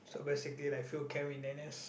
so basically like field camp in n_s